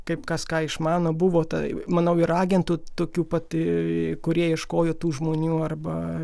kaip kas ką išmano buvo tai manau ir agentų tokių pat kurie ieškojo tų žmonių arba